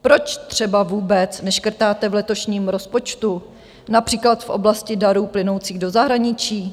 Proč třeba vůbec neškrtáte letošním rozpočtu, například v oblasti darů plynoucích do zahraničí?